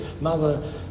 mother